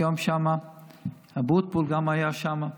וגם אבוטבול היה שם.